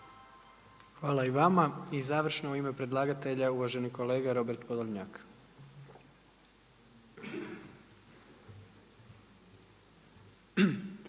Hvala i vama. I završno u ime predlagatelja uvaženi kolega Robert Podolnjak.